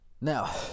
Now